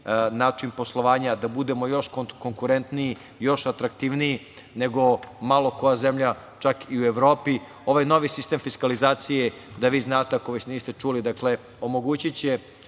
način poslovanja, da budemo još konkurentniji, još atraktivniji nego malo koja zemlja, čak i u Evropi. Ovaj novi sistem fiskalizacije da vi znate, ako već niste čuli, omogući će